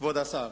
כבוד השר,